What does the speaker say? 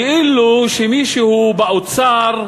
כאילו שמישהו באוצר,